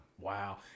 Wow